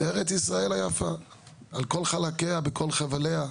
ארץ ישראל היפה על כל חלקיה בכל חבליה.